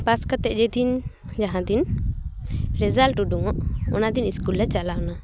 ᱯᱟᱥ ᱠᱟᱛᱮᱫ ᱡᱮᱫᱤᱱ ᱡᱟᱦᱟᱸ ᱫᱤᱱ ᱨᱮᱡᱟᱞᱴ ᱩᱰᱩᱝ ᱚᱜ ᱚᱱᱟ ᱫᱤᱱ ᱤᱥᱠᱩᱞ ᱞᱮ ᱪᱟᱞᱟᱣ ᱮᱱᱟ